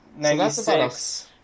96